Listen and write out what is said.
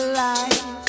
life